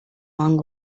long